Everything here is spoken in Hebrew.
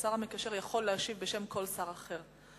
השר המקשר יכול להשיב בשם כל שר אחר,